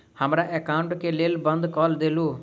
हमरा एकाउंट केँ केल बंद कऽ देलु?